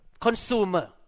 consumer